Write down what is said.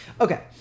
Okay